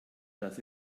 dass